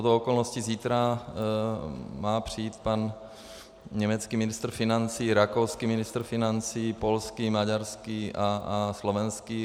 Shodou okolností zítra má přijít pan německý ministr financí, rakouský ministr financí, polský, maďarský a slovenský.